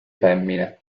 femmine